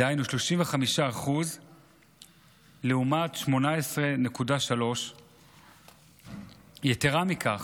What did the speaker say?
דהיינו 35% לעומת 18.3%. יתרה מזו,